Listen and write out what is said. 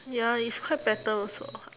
ya it's quite better also